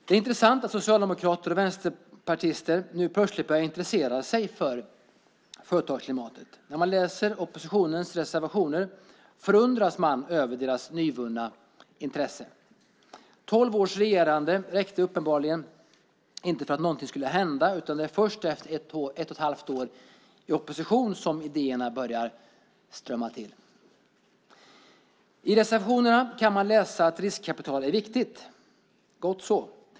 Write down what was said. Det är intressant att socialdemokrater och vänsterpartister nu plötsligt börjar intressera sig för företagsklimatet. När man läser oppositionens reservationer förundras man över deras nyvunna intresse. Tolv års regerande räckte uppenbarligen inte för att någonting skulle hända, utan det är först efter ett och ett halvt år i opposition som idéerna börjar strömma till. I reservationerna kan man läsa att riskkapital är viktigt. Gott så.